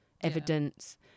evidence